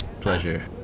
Pleasure